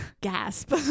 Gasp